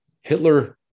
Hitler